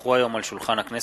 הונחו היום על שולחן הכנסת,